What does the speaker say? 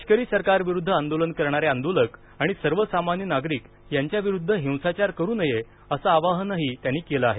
लष्करी सरकारविरुद्ध आंदोलन करणारे आंदोलक आणि सर्वसामान्य नागरिक यांच्याविरुद्ध हिंसाचार करू नये असं आवाहनही त्यांनी केलं आहे